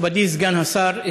מכובדי סגן השר,